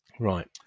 Right